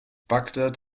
bagdad